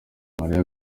maria